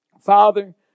Father